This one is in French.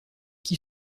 qui